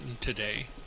today